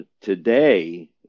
today